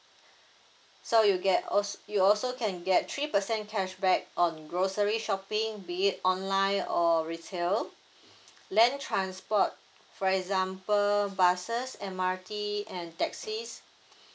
so you get also you also can get three percent cashback on grocery shopping be it online or retail land transport for example buses M_R_T and taxis